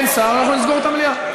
אין שר, אנחנו נסגור את המליאה.